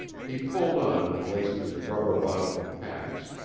he pulled on and laced his rubber-bottomed pacs,